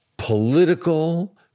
political